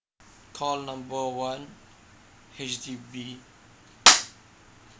call number one H_D_B